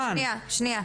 שנייה.